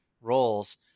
roles